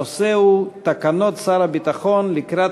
הנושא הוא: תקנות שר הביטחון לקראת